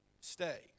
stay